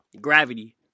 Gravity